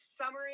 summary